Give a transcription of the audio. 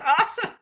awesome